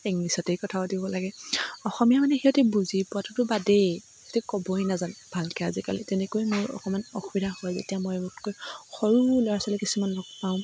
ইংলিছতেই কথা পাতিব লাগে অসমীয়া মানে সিহঁতি বুজি পোৱাটোতো বাদেই সিহঁতি ক'বই নাজানে ভালকৈ আজিকালি তেনেকৈ মোৰ অকমান অসুবিধা হয় যেতিয়া মই মোতকৈ সৰু ল'ৰা ছোৱালী কিছুমান লগ পাঁও